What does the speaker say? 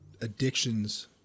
addictions